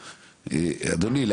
כן.